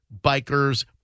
bikers